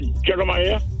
Jeremiah